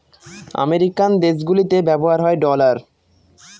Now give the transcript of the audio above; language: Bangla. আমেরিকান দেশগুলিতে ব্যবহার হয় ডলার